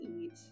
eat